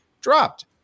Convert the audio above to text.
dropped